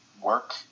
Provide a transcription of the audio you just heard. work